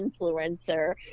influencer